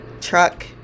truck